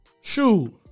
Shoot